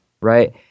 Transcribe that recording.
right